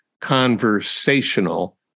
conversational